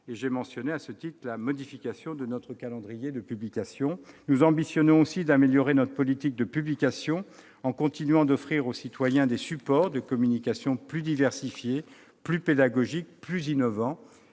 J'ai mentionné à ce titre la modification de notre calendrier de publication. Nous ambitionnons aussi d'améliorer notre politique de publication, en continuant d'offrir aux citoyens des supports de communication plus diversifiés, plus pédagogiques, plus innovants.